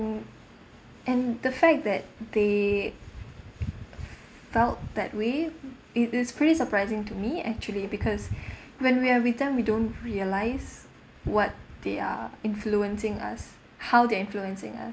and the fact that they felt that way it is pretty surprising to me actually because when we're with them we don't realise what they are influencing us how they influencing us